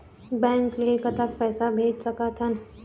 Bank ले कतक पैसा भेज सकथन?